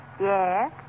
Yes